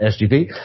SGP